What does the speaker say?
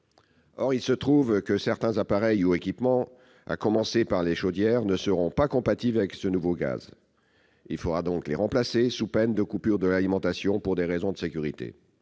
Or il se trouve que certains appareils ou équipements, à commencer par des chaudières, ne seront pas compatibles avec ce nouveau gaz ; il faudra donc les remplacer, sous peine de coupure de l'alimentation pour raisons de sécurité.